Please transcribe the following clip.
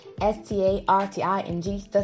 s-t-a-r-t-i-n-g